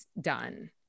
done